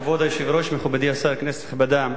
כבוד היושב-ראש, מכובדי השר, כנסת נכבדה,